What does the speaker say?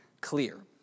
clear